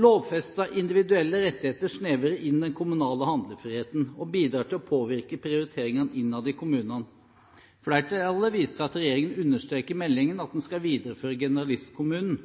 Lovfestede individuelle rettigheter snevrer inn den kommunale handlefriheten og bidrar til å påvirke prioriteringene innad i kommunene. Flertallet viser til at regjeringen understreker i meldingen at man skal videreføre generalistkommunen.